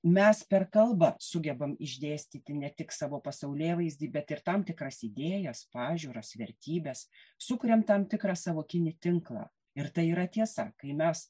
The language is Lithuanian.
mes per kalbą sugebam išdėstyti ne tik savo pasaulėvaizdį bet ir tam tikras idėjas pažiūras vertybes sukriam tam tikrą sąvokinį tinklą ir tai yra tiesa kai mes